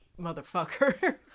motherfucker